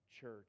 church